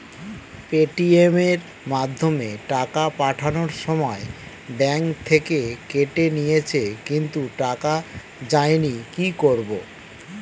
Paytm এর মাধ্যমে টাকা পাঠানোর সময় ব্যাংক থেকে কেটে নিয়েছে কিন্তু টাকা যায়নি কি করব?